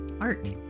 art